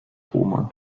roma